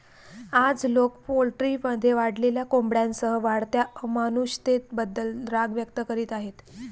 आज, लोक पोल्ट्रीमध्ये वाढलेल्या कोंबड्यांसह वाढत्या अमानुषतेबद्दल राग व्यक्त करीत आहेत